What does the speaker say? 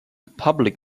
public